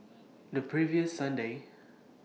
The previous Sunday